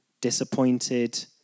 disappointed